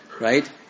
right